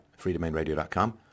freedomainradio.com